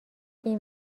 این